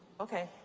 okay.